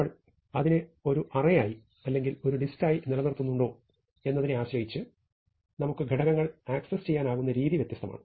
നമ്മൾ അതിനെ ഒരു അറേയായി അല്ലെങ്കിൽ ഒരു ലിസ്റ്റായി നിലനിർത്തുന്നുണ്ടോ എന്നതിനെ ആശ്രയിച്ച് നമുക്ക് ഘടകങ്ങൾ ആക്സസ് ചെയ്യാനാകുന്ന രീതി വ്യത്യസ്തമാണ്